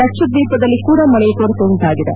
ಲಕ್ಷದ್ದೀಪದಲ್ಲಿ ಕೂಡ ಮಳೆಯ ಕೊರತೆ ಉಂಟಾಗಿದೆ